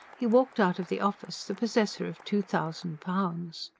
he walked out of the office the possessor of two thousand pounds.